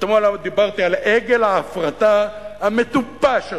אתמול דיברתי על עגל ההפרטה המטופש הזה,